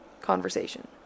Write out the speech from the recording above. conversation